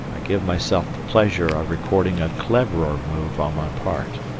i give myself the pleasure of recording a cleverer move on my part.